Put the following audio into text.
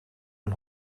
een